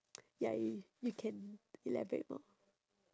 ya y~ you can elaborate more